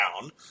down